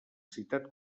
citat